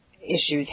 issues